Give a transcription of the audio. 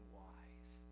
wise